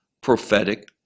prophetic